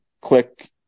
click